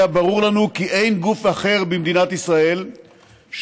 היה ברור לנו כי אין גוף אחר במדינת ישראל שיש